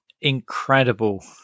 incredible